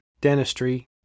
dentistry